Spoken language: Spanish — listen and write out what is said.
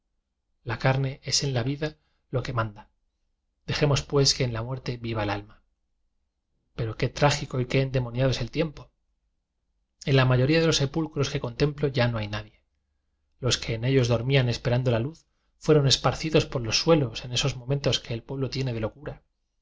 la carne es en la vida lo que manda dejemos pues que en la muerte viva el al iña pero qué trágico y qué endemoniado es el tiempo en la mayoría de los sepul cros que contemplo ya no hay nadie los que en ellos dormían esperando la luz fue ron esparcidos por los suelos en esos mo mentos que el pueblo tiene de locura